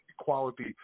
equality